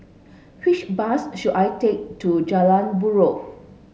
which bus should I take to Jalan Buroh